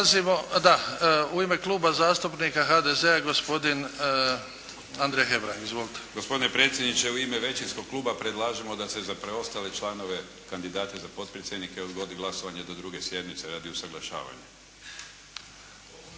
U ime Kluba zastupnika HDZ-a, gospodin Andrija Hebrang. Izvolite. **Hebrang, Andrija (HDZ)** Gospodine predsjedniče u ime većinskog kluba predlažemo da se za preostale članove kandidate za potpredsjednike odgodi glasovanje do druge sjednice radi usaglašavanja.